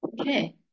Okay